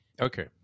Okay